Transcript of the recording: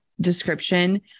description